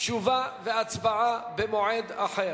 אם כן, הצעת החוק לא נתקבלה.